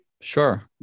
Sure